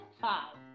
five